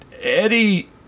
Eddie –